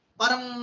parang